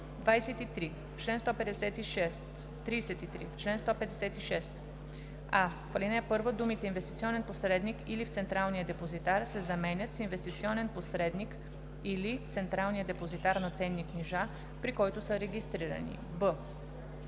акционери.“ 33. В чл. 156: а) в ал. 1 думите „инвестиционен посредник или в Централния депозитар“ се заменят с „инвестиционен посредник или централния депозитар на ценни книжа, при който са регистрирани“;